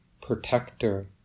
protector